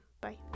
Bye